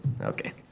okay